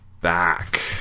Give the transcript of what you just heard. back